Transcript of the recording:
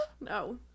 no